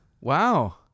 Wow